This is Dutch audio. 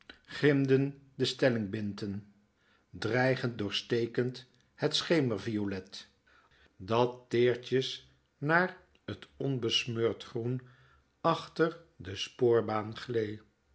grimden de stellingbinten dreigend doorstekend het schemerviolet dat teertjes naar t onbesmeurd groen achter de spoorbaan glee